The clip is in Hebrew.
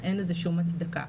אין לזה שום הצדקה.